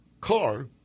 car